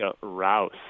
Rouse